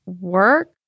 work